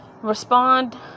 respond